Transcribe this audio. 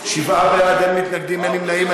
שבעה בעד, אין מתנגדים, אין נמנעים.